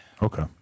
Okay